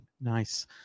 nice